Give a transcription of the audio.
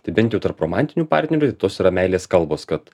tai bent jau tarp romantinių partneriui tos yra meilės kalbos kad